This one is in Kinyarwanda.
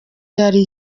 yari